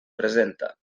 presenta